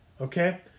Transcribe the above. Okay